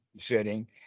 sitting